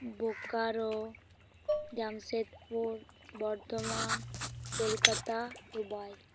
Bokaro Jamshedpur Bardhaman Kolkata Dubai